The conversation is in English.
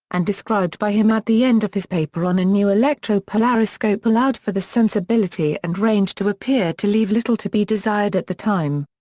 and described by him at the end of his paper on a new electro polariscope allowed for the sensibility and range to appear to leave little to be desired at the time.